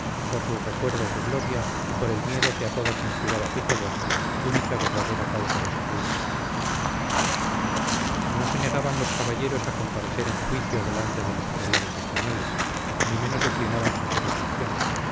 por sus recuerdos de gloria y por el miedo que a todos inspiraba su poder única verdadera causa de su ruina no se negaban los caballeros a comparecer en juicio delante de los prelados españoles ni menos declinaban su jurisdicción